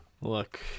Look